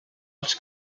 els